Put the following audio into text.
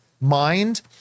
mind